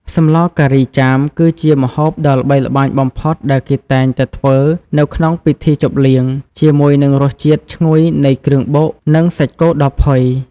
សម្លការីចាម គឺជាម្ហូបដ៏ល្បីល្បាញបំផុតដែលគេតែងតែធ្វើនៅក្នុងពិធីជប់លៀង ជាមួយនឹងរសជាតិឈ្ងុយនៃគ្រឿងបុក និងសាច់គោដ៏ផុយ។